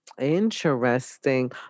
Interesting